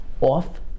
Off